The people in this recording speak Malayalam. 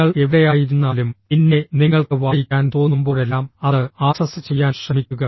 നിങ്ങൾ എവിടെയായിരുന്നാലും പിന്നെ നിങ്ങൾക്ക് വായിക്കാൻ തോന്നുമ്പോഴെല്ലാം അത് ആക്സസ് ചെയ്യാൻ ശ്രമിക്കുക